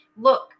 look